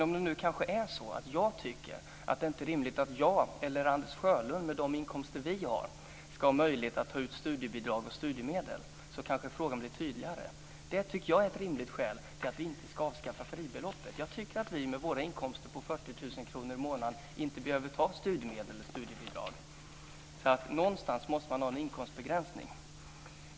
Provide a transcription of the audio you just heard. Om jag tycker att det inte är rimligt att jag eller Anders Sjölund med de inkomster vi har ska ha möjlighet att ta ut studiebidrag och studiemedel, kanske frågan blir tydligare. Det tycker jag är ett rimligt skäl till att vi inte ska avskaffa fribeloppet. Jag tycker att vi med våra inkomster på 40 000 kr i månaden inte behöver ta studiemedel eller studiebidrag. Någonstans måste det vara en inkomstbegränsning.